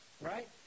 right